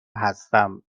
هستم